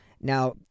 Now